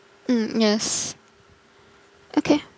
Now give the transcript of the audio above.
mm yes okay